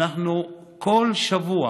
אנחנו כל שבוע